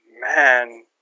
man